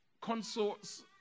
consorts